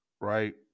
right